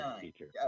teacher